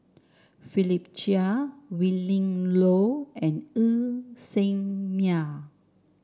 Philip Chia Willin Low and Ng Ser Miang